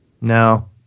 no